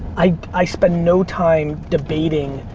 i i spend no time debating